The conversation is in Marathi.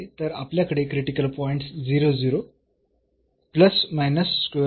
तर आपल्याकडे क्रिटिकल पॉईंट्स आहेत